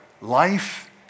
life